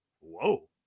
Whoa